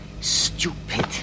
stupid